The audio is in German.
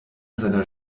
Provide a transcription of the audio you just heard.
seiner